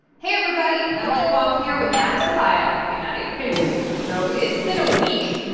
hey everybody. emily kwong here with maddie sofia. hey, maddie hey, you so it's been a week.